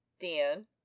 Dan